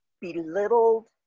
belittled